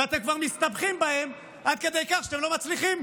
ואתם כבר מסתבכים בהם עד כדי כך שאתם לא מצליחים,